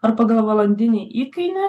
ar pagal valandinį įkainį